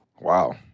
Wow